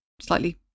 slightly